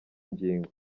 ngingo